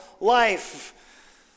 life